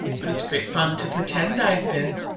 but it's great fun to pretend i've been.